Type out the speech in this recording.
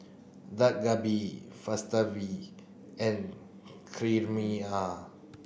Dak Galbi Falafel and